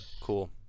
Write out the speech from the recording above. cool